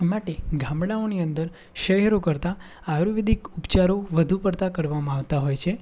માટે ગામડાઓની અંદર શહેરો કરતાં આયુર્વેદિક ઉપચારો વધુ પડતાં કરવામાં આવતા હોય છે